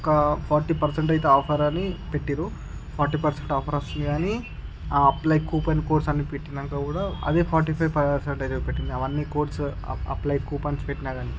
ఒక forty percent అయితే offer అని పెట్టిర్రు ఫార్టీ పర్సెంట్ ఆఫర్ వస్తుంది కానీ ఆ అప్లై కూపన్ కోడ్స్ అన్నిపెట్టినంక కూడా అదే ఫార్టీ ఫైవ్ పర్సెంటేజ్ పెట్టిన అవన్నీ కోడ్స్ అప్లై అప్లై కూపన్స్ పెట్టిన కానీ